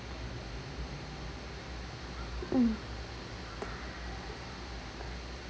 mm